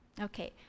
Okay